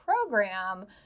program